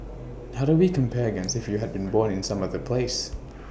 how do we compare against if you had been born in some other place